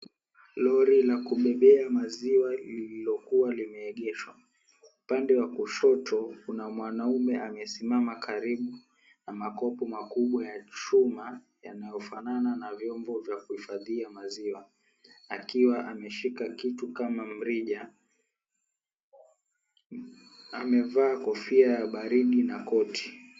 Lori la kubebea maziwa lililokua limeegeshwa. Upande wa kushoto kuna mwanaume amesimama karibu na makopo makubwa ya chuma yanayofanana na vyombo vya kuhifadhia maziwa akiwa ameshika kitu kama mrija amevaa kofia ya baridi na koti.